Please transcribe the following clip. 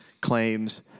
claims